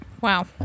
Wow